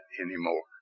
anymore